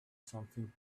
something